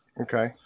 Okay